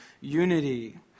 unity